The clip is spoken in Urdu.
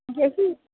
جیسی